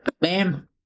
bam